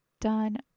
done